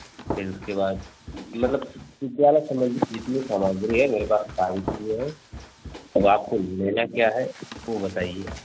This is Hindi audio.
फिर उसके बाद मतलब विद्यालय संबंधित जितनी सामग्री है मेरे पास सारी चीज़ें हैं अब आपको लेना क्या है वह बताइए